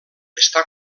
està